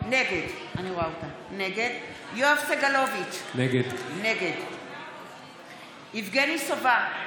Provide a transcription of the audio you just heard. נגד יואב סגלוביץ' נגד יבגני סובה,